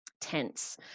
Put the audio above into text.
tense